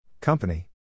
Company